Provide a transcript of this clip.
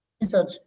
research